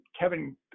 Kevin